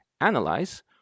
analyze